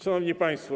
Szanowni Państwo!